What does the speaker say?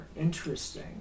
interesting